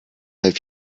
have